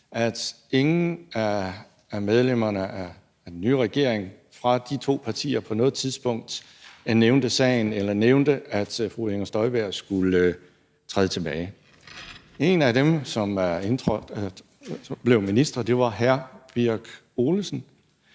partiers medlemmer af den nye regering på noget tidspunkt nævnte sagen eller nævnte, at fru Inger Støjberg skulle træde tilbage. En af dem, som blev minister, var hr. Ole Birk Olesen.